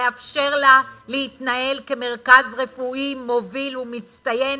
לאפשר לו להתנהל כמרכז רפואי מוביל ומצטיין,